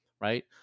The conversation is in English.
Right